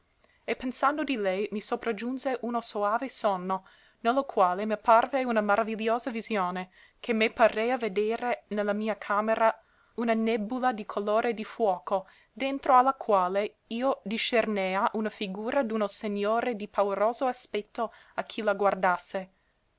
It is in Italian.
e pensando di lei mi sopragiunse uno soave sonno ne lo quale m'apparve una maravigliosa visione che me parea vedere ne la mia camera una nèbula di colore di fuoco dentro a la quale io discernea una figura d'uno segnore di pauroso aspetto a chi la guardasse